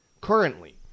currently